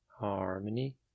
harmony